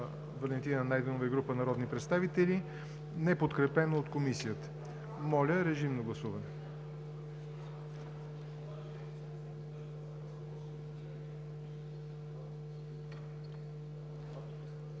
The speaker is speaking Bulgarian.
Валентина Найденова и група народни представители, неподкрепен от Комисията. Гласували